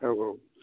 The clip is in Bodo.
औ औ